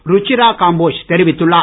ருச்சிரா காம்போஜ் தெரிவித்துள்ளார்